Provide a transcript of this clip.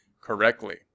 correctly